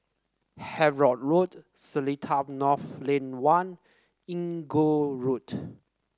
Havelock Road Seletar North Lane One Inggu Road